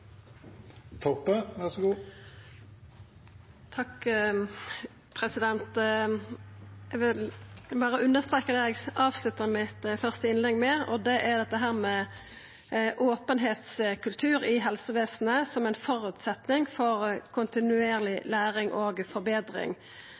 Eg vil berre understreka det eg avslutta mitt første innlegg med, og det er dette med openheitskultur i helsevesenet som ein føresetnad for kontinuerleg